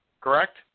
Correct